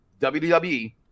WWE